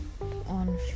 on